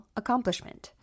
accomplishment